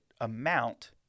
amount